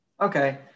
Okay